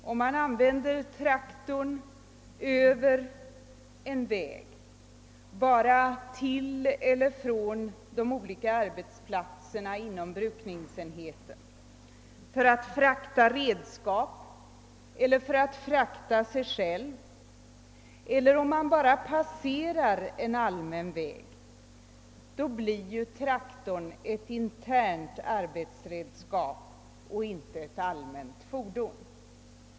Om han använder traktorn för att köra över en väg till eller från de olika arbetsplatserna inom brukningsenheten, för att frakta redskap eller för att frakta sig själv, är traktorn ändå ett internt arbetsredskap och inte ett allmänt fordon.